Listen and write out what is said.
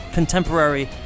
contemporary